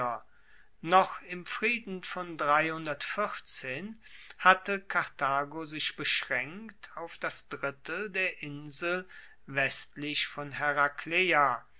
noch im frieden von hatte karthago sich beschraenkt auf das drittel der insel westlich von